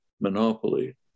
monopoly